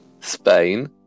Spain